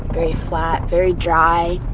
very flat, very dry.